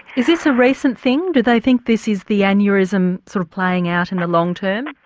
is this a recent thing do they think this is the aneurysm sort of playing out in the long term?